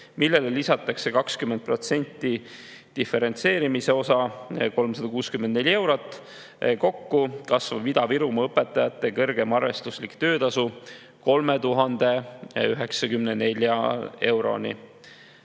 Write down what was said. millele lisatakse 20% diferentseerimise osa ehk 364 eurot. Kokku kasvab Ida-Virumaa õpetaja kõrgem arvestuslik töötasu 3094 euroni.